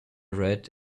red